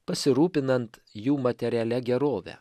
pasirūpinant jų materialia gerove